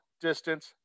distance